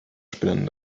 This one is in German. spinnern